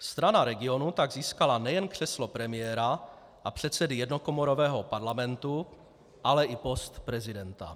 Strana regionů tak získala nejen křeslo premiéra a předsedy jednokomorového parlamentu, ale i post prezidenta.